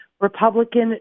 Republican